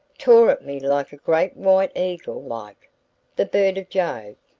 tore at me like a great white eagle-like the bird of jove!